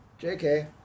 JK